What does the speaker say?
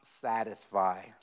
satisfy